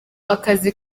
akazi